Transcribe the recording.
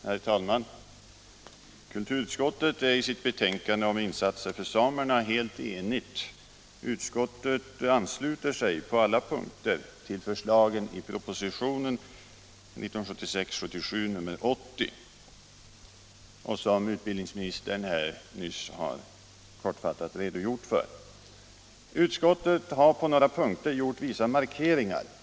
Herr talman! Kulturutskottet är i sitt betänkande om insatser för samerna enigt. Utskottet ansluter sig på alla punkter till förslagen i propositionen 1976/77:80, som utbildningsministern har kortfattat redogjort för. Utskottet har på några punkter gjort vissa markeringar.